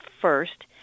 first